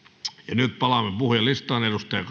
nyt palaamme puhujalistaan